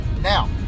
Now